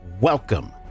welcome